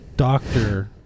Doctor